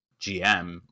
GM